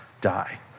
die